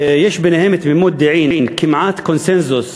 יש ביניהם תמימות דעים, כמעט קונסנזוס,